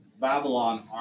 Babylon